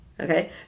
Okay